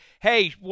hey